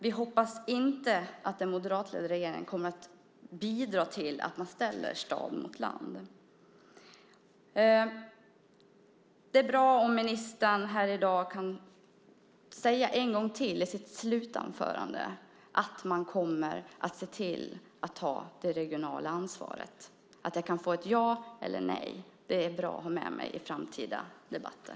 Vi hoppas att den moderatledda regeringen inte kommer att bidra till att man ställer stad mot land. Det är bra om ministern här i dag en gång till i sitt slutanförande kan säga att man kommer att se till att ta det regionala ansvaret så att jag kan få ett ja eller ett nej, för det är bra att ha med mig i framtida debatter.